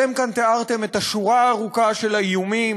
אתם כאן תיארתם את השורה הארוכה של האיומים,